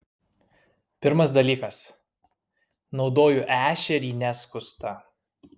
pirmas dalykas naudoju ešerį neskustą